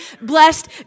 blessed